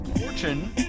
fortune